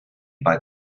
made